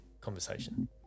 conversation